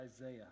Isaiah